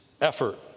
effort